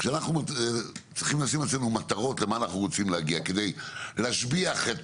כשאנחנו צריכים לשים אצלנו מטרות לאן אנחנו רוצים להגיע כדי להשביח את